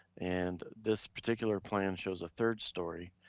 and this particular plan shows a third story,